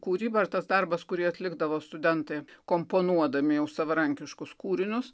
kūryba ar tas darbas kurį atlikdavo studentai komponuodami jau savarankiškus kūrinius